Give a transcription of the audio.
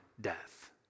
death